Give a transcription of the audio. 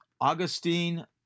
Augustine